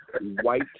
white